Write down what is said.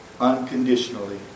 unconditionally